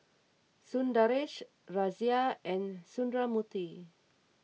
Sundaresh Razia and Sundramoorthy